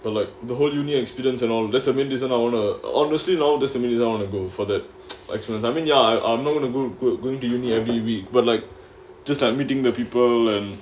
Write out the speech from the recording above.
but like the whole university experience and all doesn't mean doesn't own a honestly now doesn't mean you don't want to go for the accidents I mean ya I I'm not gonna gonna quit going to university every week but like just like meeting new people and